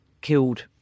killed